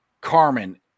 Carmen